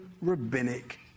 rabbinic